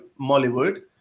Mollywood